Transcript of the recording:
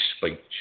speech